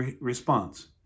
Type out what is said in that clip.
response